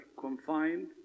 confined